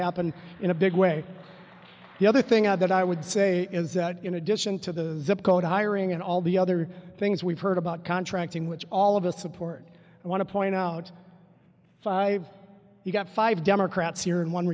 happen in a big way the other thing that i would say is that in addition to the zip code hiring and all the other things we've heard about contracting which all of us support i want to point out you've got five democrats here and one